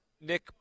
Nick